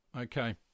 okay